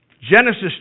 Genesis